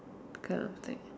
kind of thing